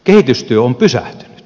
kehitystyö on pysähtynyt